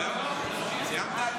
סיימת?